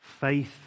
faith